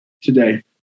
today